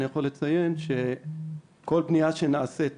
אני יכול לציין שכל בנייה שנעשית,